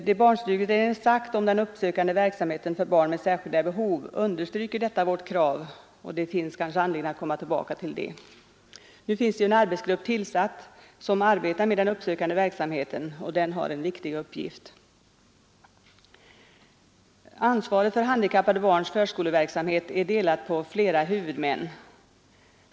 Vad barnstugeutredningen sagt om den uppsökande verksamheten för barn med särskilda behov understryker vårt krav, och det finns kanske anledning att komma tillbaka till detta. Det har nu tillsatts en arbetsgrupp som arbetar med den uppsökande verksamheten, och den har en viktig uppgift. Ansvaret för handikappade barns förskoleverksamhet är delat på flera huvudmän.